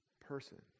person